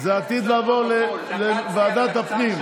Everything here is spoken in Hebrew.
זה עתיד לעבור ועדת הפנים.